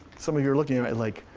some of you are looking at me like,